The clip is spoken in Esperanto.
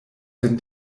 sen